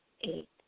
eight